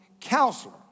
counselor